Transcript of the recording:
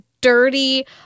dirty